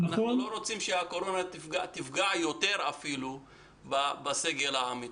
אנחנו לא רוצים שהקורונה תפגע יותר אפילו בסגל העמית.